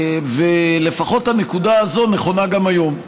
לפחות הנקודה הזאת נכונה גם היום.